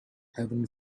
heaven